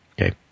Okay